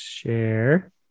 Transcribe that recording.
Share